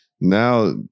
Now